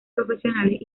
profesionales